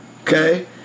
okay